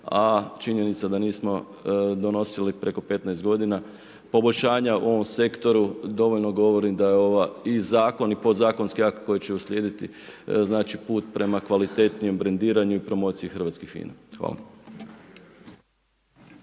a činjenica da nismo donosili preko 15 g. poboljšanja u ovom sektoru dovoljno govori da ovaj i zakon i podzakonski akt koji će uslijediti, put prema kvalitetnijem brendiranju i promociji hrvatskih vina. Hvala.